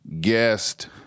guest